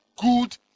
good